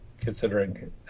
considering